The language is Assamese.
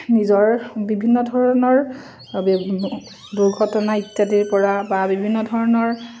নিজৰ বিভিন্ন ধৰণৰ দুৰ্ঘটনা ইত্যাদিৰ পৰা বা বিভিন্ন ধৰণৰ